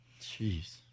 Jeez